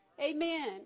Amen